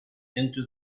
into